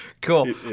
cool